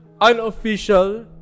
unofficial